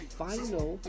final